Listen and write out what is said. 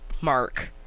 Mark